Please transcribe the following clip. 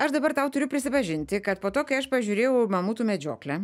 aš dabar tau turiu prisipažinti kad po to kai aš pažiūrėjau mamutų medžioklę